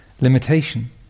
limitation